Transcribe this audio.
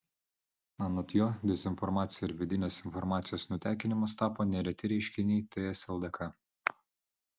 anot jo dezinformacija ir vidinės informacijos nutekinimas tapo nereti reiškiniai ts lkd